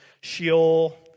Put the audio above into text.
sheol